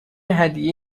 هدیه